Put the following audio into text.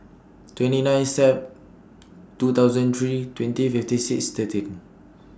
twenty nine Sep two thousand three twenty fifty six thirteen